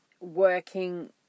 working